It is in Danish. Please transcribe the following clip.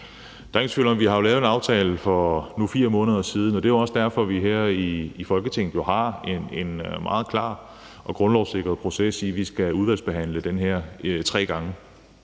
Kasper Roug (S): Vi har jo lavet en aftale for 4 måneder siden, og der er ingen tvivl om, at vi her i Folketinget har en meget klar og grundlovssikret proces, i forhold til at vi skal udvalgsbehandle den tre gange.